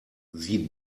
sie